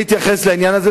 אני אתייחס לזה,